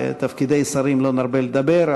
ועל תפקידי שרים לא נרבה לדבר.